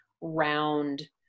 round